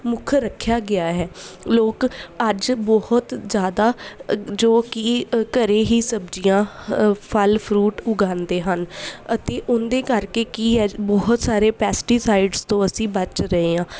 ਮੁੱਖ ਰੱਖਿਆ ਗਿਆ ਹੈ ਲੋਕ ਅੱਜ ਬਹੁਤ ਜ਼ਿਆਦਾ ਜੋ ਕਿ ਘਰ ਹੀ ਸਬਜ਼ੀਆਂ ਫਲ ਫਰੂਟ ਉਗਾਉਂਦੇ ਹਨ ਅਤੇ ਉਹਦੇ ਕਰਕੇ ਕੀ ਹੈ ਬਹੁਤ ਸਾਰੇ ਪੈਸਟੀਸਾਈਡਸ ਤੋਂ ਅਸੀਂ ਬਚ ਰਹੇ ਹਾਂ